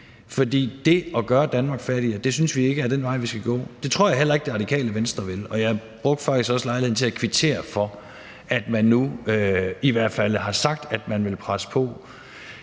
For det at gøre Danmark fattigere synes vi ikke er den vej, vi skal gå. Det tror jeg heller ikke Det Radikale Venstre vil, og jeg brugte faktisk også lejligheden til at kvittere for, at man nu i hvert fald har sagt, at man vil presse på